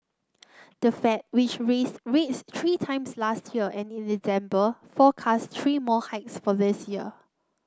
the Fed which raised rates three times last year and in December forecast three more hikes for this year